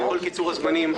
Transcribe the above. כל קיצור הזמנים,